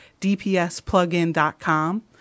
dpsplugin.com